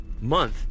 month